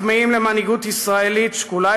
הכמהים למנהיגות ישראלית שקולה,